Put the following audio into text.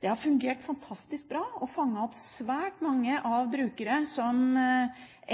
Det har fungert fantastisk bra og har fanget opp svært mange brukere som